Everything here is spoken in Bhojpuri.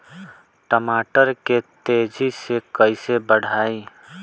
टमाटर के तेजी से कइसे बढ़ाई?